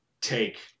take